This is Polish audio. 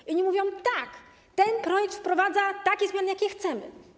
I oni mówią: Tak, ten projekt wprowadza takie zmiany, jakie chcemy.